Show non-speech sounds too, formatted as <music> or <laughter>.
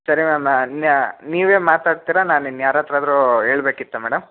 ಸರಿ ಮ್ಯಾಮ್ <unintelligible> ನೀವೇ ಮಾತಾಡ್ತೀರಾ ನಾನು ಇನ್ನು ಯಾರ ಹತ್ರಾದ್ರೂ ಹೇಳ್ಬೇಕಿತ್ತ ಮೇಡಮ್